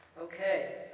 Okay